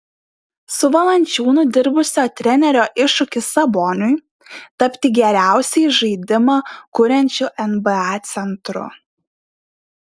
su valančiūnu dirbusio trenerio iššūkis saboniui tapti geriausiai žaidimą kuriančiu nba centru